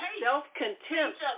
self-contempt